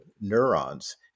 neurons